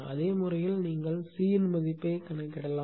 அதே முறையில் நீங்கள் C இன் மதிப்பைக் கணக்கிடலாம்